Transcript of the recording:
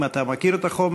אם אתה מכיר את החומר,